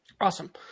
Awesome